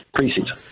preseason